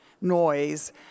noise